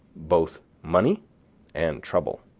both money and trouble.